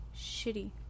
shitty